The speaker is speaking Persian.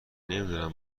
نمیدونم